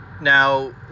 Now